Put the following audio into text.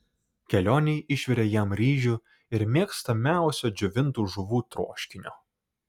kelionei išvirė jam ryžių ir mėgstamiausio džiovintų žuvų troškinio